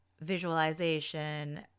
visualization